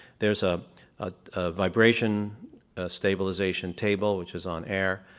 there's a vibration stabilization table which is on air.